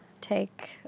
take